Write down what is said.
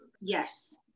yes